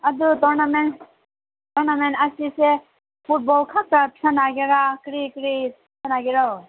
ꯑꯗꯨ tournament tournament ꯑꯁꯤꯁꯦ football ꯈꯛꯇ ꯁꯥꯟꯅꯒꯦꯔ ꯀꯔꯤ ꯀꯔꯤ ꯁꯥꯟꯅꯒꯦꯔꯣ